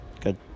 Good